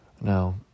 Now